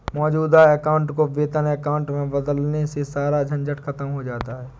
मौजूद अकाउंट को वेतन अकाउंट में बदलवाने से सारा झंझट खत्म हो जाता है